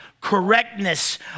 correctness